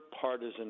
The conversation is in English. partisan